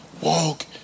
walk